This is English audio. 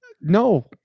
No